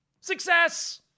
Success